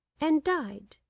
and died.